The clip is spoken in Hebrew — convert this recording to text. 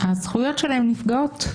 הזכויות שלהן נפגעות.